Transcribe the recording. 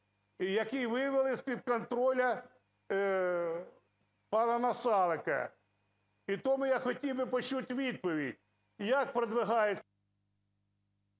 які вивели з-під контролю пана Насалика. І тому я хотів би почути відповідь, як продвигається…